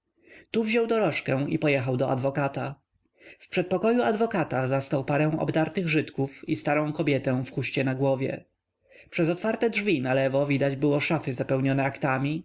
tu wziął dorożkę i pojechał do adwokata w przedpokoju adwokata zastał parę obdartych żydków i starą kobietę w chustce na głowie przez otwarte drzwi nalewo widać było szafy zapełnione aktami